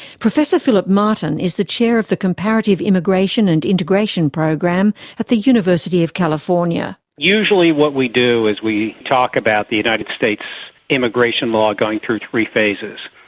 professor philip martin is the chair of the comparative immigration and integration program at the university of california. usually what we do is we talk about the united states immigration law going through three phases.